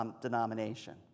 denomination